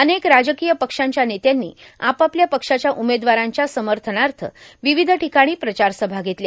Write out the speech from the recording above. अनेक राजकांय पक्षाच्या नेत्यांनी आपापल्या पक्षाच्या उमेदवारांच्या समथनाथ र्वावध ठिकाणी प्रचारसभा घेतल्या